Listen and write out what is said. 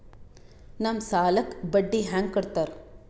ನಮ್ ಸಾಲಕ್ ಬಡ್ಡಿ ಹ್ಯಾಂಗ ಕೊಡ್ತಾರ?